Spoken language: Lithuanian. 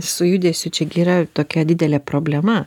su judesiu čia gi yra tokia didelė problema